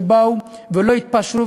שבאו ולא התפשרו,